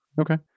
Okay